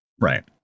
Right